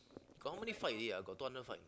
got how many fight already ah got two hundred fight